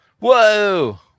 Whoa